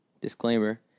Disclaimer